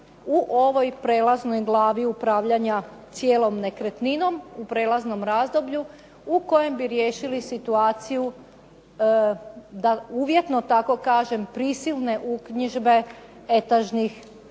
u ovoj prijelaznoj glavi upravljanja cijelom nekretninom u prijelaznom razdoblju u kojem bi riješili situaciju, da uvjetno tako kažem prisilne uknjižbe etažnih